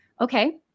okay